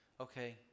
okay